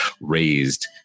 raised